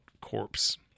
corpse